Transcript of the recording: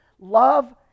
Love